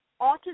autism